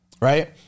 right